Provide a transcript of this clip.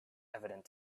evident